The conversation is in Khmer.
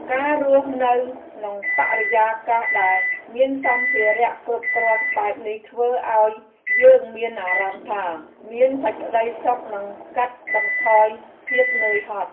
ការរស់នៅក្នុងបរិយាកាសដែលមានសម្ភារៈគ្រប់គ្រាន់បែបនេះធ្វើឱ្យយើងមានអារម្មណ៍ថា មានសេចក្ដីសុខនិងកាត់បន្ថយភាពនឿយហត់។